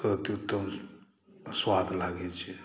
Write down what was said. स्वाद लागै छै